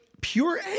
pure